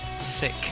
sick